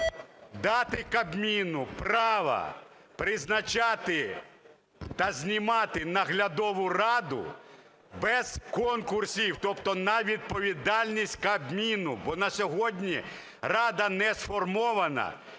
дати Кабміну право призначати та знімати наглядову раду без конкурсів, тобто на відповідальність Кабміну. Бо на сьогодні рада не сформована